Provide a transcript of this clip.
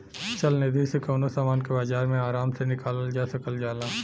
चल निधी से कउनो समान के बाजार मे आराम से निकालल जा सकल जाला